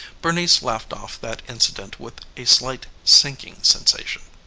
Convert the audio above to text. bernice laughed off that incident with a slight sinking sensation.